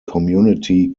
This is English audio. community